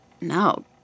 No